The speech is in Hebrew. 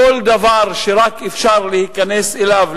כל דבר שרק אפשר להיכנס אליו,